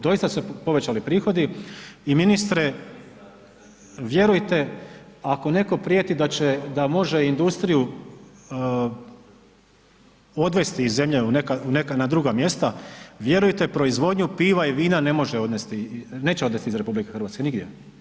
Doista su se povećali prihodi i ministre vjerujte ako netko prijeti da može industriju odvesti iz zemlje u neka, na druga mjesta, vjerujte proizvodnju piva i vina ne može odnesti, neće odnesti iz RH nigdje.